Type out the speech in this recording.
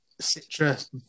citrus